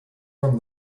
from